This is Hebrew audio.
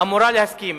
אמורה להסכים.